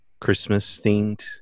Christmas-themed